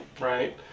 right